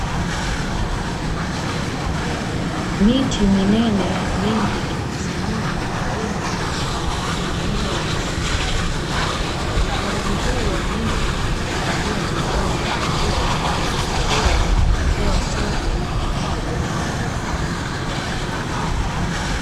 Miti minene mingi imekusanyika kwa wingi katika eneo la msitu, Ukuaji huu wa miti huchangia kuhifadhi mazingira na kutoa hewa safi kwa jamii.